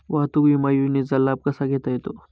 वाहतूक विमा योजनेचा लाभ कसा घेता येईल?